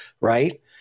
right